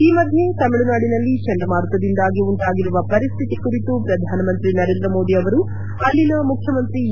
ಈ ಮಧ್ಯೆ ತಮಿಳುನಾಡಿನಲ್ಲಿ ಚಂಡ ಮಾರುತದಿಂದಾಗಿ ಉಂಟಾಗಿರುವ ಪರಿಸ್ಥಿತಿ ಕುರಿತು ಪ್ರಧಾನಮಂತ್ರಿ ನರೇಂದ್ರ ಮೋದಿ ಅವರು ಅಲ್ಲಿನ ಮುಖ್ಯಮಂತಿ ಇ